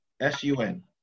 S-U-N